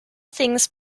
things